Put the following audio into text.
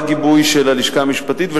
בגיבוי של הלשכה המשפטית,